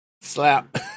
slap